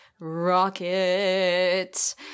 rocket